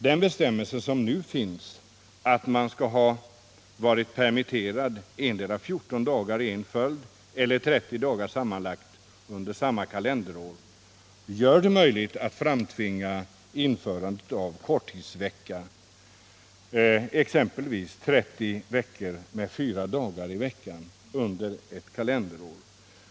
Den bestämmelse som nu finns att man skall ha varit permitterad endera 14 dagar i en följd eller 30 dagar sammanlagt under samma kalenderår gör det möjligt att framtvinga införandet av korttidsvecka, exempelvis 30 veckor med fyra arbetsdagar i veckan under ett kalenderår.